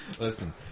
Listen